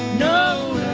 know